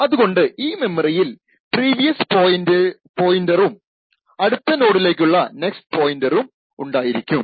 അതുകൊണ്ട് ഈ മെമ്മറിയിൽ പ്രീവിയസ് പോയിന്ററും അടുത്ത നോഡിലേക്കുള്ള നെക്സ്റ്റ് പോയിന്ററും ഉണ്ടായിരിക്കും